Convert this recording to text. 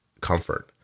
comfort